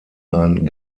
ein